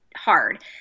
hard